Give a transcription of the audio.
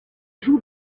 joue